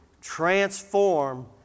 transform